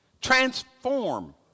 Transform